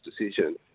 decision